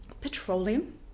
petroleum